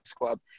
club